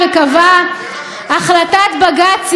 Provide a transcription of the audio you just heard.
טוב, אני אמשיך.